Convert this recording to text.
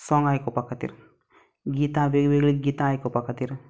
सोंग आयकपा खातीर गीतां वेगवोगळीं गीतां आयकपा खातीर